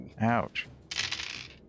ouch